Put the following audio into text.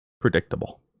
predictable